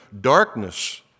darkness